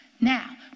Now